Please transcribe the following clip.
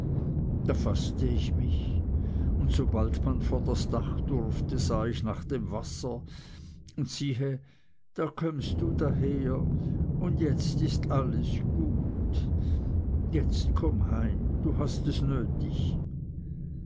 da faßte ich mich und sobald man vor das dach durfte sah ich nach dem wasser und siehe da kömmst du daher und jetzt ist alles gut jetzt komm heim du hast es nötig